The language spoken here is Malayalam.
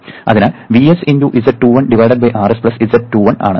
അതിനാൽ ഇത് Vs × z21 Rs z11 ആണ്